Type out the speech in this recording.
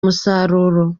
umusaruro